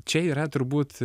čia yra turbūt